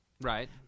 Right